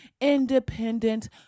independent